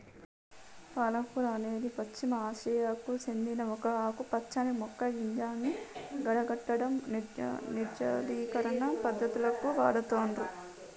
పాలకూర అనేది పశ్చిమ ఆసియాకు సేందిన ఒక ఆకుపచ్చని మొక్క గిదాన్ని గడ్డకట్టడం, నిర్జలీకరణ పద్ధతులకు వాడుతుర్రు